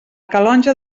calonge